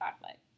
chocolate